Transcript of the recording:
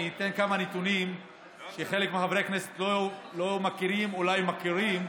אתן כמה נתונים שחלק מחברי הכנסת אולי לא מכירים ואולי מכירים.